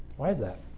why is that?